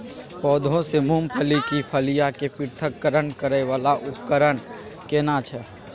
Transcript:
पौधों से मूंगफली की फलियां के पृथक्करण करय वाला उपकरण केना छै?